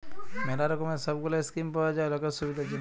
ম্যালা রকমের সব গুলা স্কিম পাওয়া যায় লকের সুবিধার জনহ